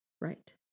Right